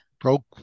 broke